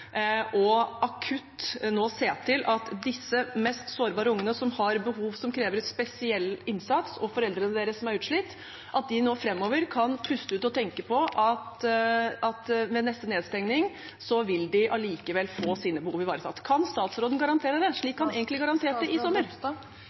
og akutt nå se til at de mest sårbare ungene som har behov som krever spesiell innsats, og foreldrene deres som er utslitt, kan puste ut framover og tenke på at ved neste nedstenging vil de allikevel få sine behov ivaretatt. Kan statsråden garantere det,